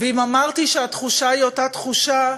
ואם אמרתי שהתחושה היא אותה תחושה,